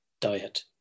diet